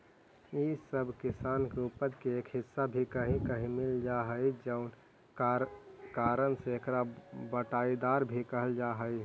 इ सब किसान के उपज के एक हिस्सा भी कहीं कहीं मिलऽ हइ जउन कारण से एकरा बँटाईदार भी कहल जा हइ